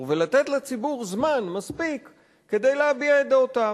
ולתת לציבור זמן מספיק כדי להביע את דעותיו.